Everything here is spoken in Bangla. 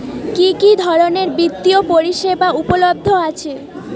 কি কি ধরনের বৃত্তিয় পরিসেবা উপলব্ধ আছে?